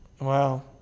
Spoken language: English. Wow